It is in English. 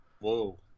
Whoa